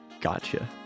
Gotcha